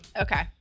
Okay